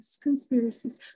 conspiracies